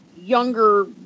younger